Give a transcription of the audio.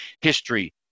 history